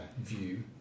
view